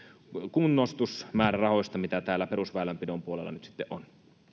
kunnostusmäärärahoista mitä täällä perusväylänpidon puolella nyt sitten on